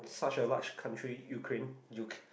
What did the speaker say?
such a large country Ukraine Uk~